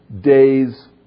days